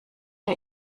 der